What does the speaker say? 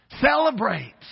celebrate